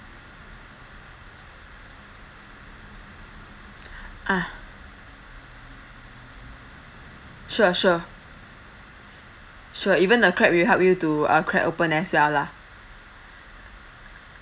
ah sure sure sure even the crab we help you to uh crack open as well lah